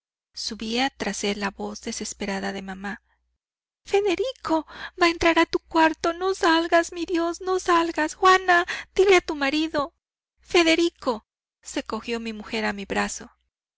subía tras él la voz desesperada de mamá federico va a entrar en tu cuarto no salgas mi dios no salgas juana dile a tu marido federico se cogió mi mujer a mi brazo